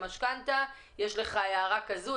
יש לך הערה כזאת,